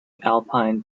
alpine